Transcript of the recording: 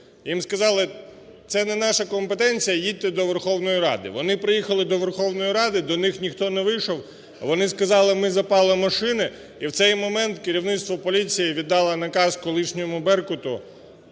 Їм сказали: "Це не наша компетенція, їдьте до Верховної Ради". Вони приїхали до Верховної Ради, до них ніхто не вийшов, вони сказали: "Ми запалимо шини". І в цей момент керівництво поліції віддало наказ колишньому "Беркуту"